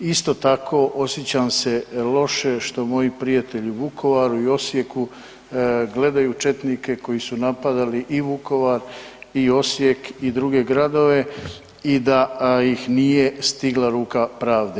Isto tako osjećam se loše što moji prijatelji u Vukovaru i Osijeku gledaju četnike koji su napadali i Vukovar i Osijek i druge gradove i da ih nije stigla ruka pravde.